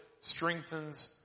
strengthens